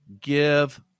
give